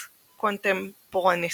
Les Contemporaines,